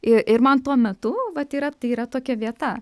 ir man tuo metu vat yra tai yra tokia vieta